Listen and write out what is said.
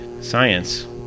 Science